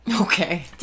Okay